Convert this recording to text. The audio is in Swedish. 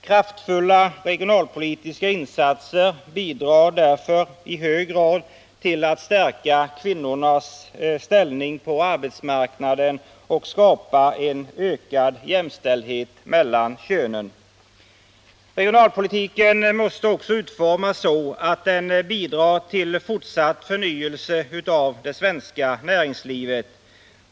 Kraftfulla regionalpolitiska insatser bidrar därför i hög grad till att stärka kvinnornas ställning på arbetsmarknaden och skapa en ökad jämställdhet mellan könen. Regionalpolitiken måste också utformas så att den bidrar till fortsatt förnyelse av det svenska näringslivet.